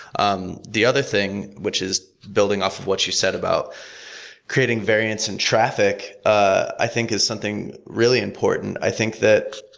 um the other thing, which is building off of what you said about creating variants and traffic i think is something really important. i think that